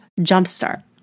jumpstart